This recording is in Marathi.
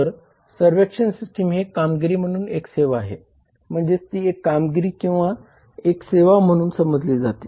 तर सर्व्क्शन सिस्टम ही एक कामगिरी म्हणून एक सेवा आहे म्हणजेच ती एक कामगिरी एक सेवा म्हणून समजली जाते